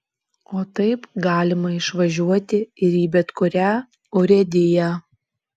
o taip galima išvažiuoti ir į bet kurią urėdiją